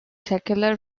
secular